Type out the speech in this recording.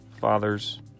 fathers